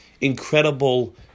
incredible